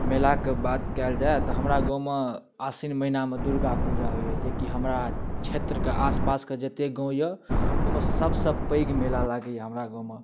मेलाके बात कएल जाए तऽ हमरा गाँवमे आश्विन महिनामे दुर्गापूजा होइया जेकि हमरा क्षेत्र कऽ आसपास कऽ जतेक गाँव यऽ ओहिमे सबसँ पैघ मेला लागैया हमरा गाँवमे